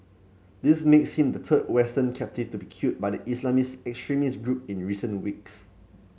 this makes him the third Western captive to be killed by the Islamist extremist group in recent weeks